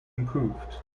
improved